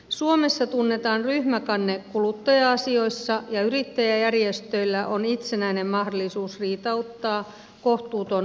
suomessa tunnetaan ryhmäkanne kuluttaja asioissa ja yrittäjäjärjestöillä on itsenäinen mahdollisuus riitauttaa kohtuuton sopimusehto